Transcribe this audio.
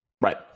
right